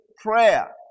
Prayer